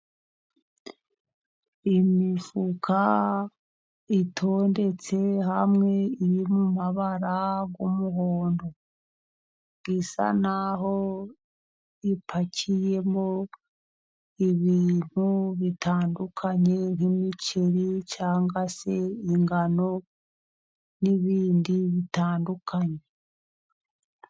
Imifuka itondetse hamwe iri mu mabara y'umuhondo , isa naho ipakiyemo ibintu bitandukanye , nk'imiceri cyangwa se ingano n'ibindi bitandukanye.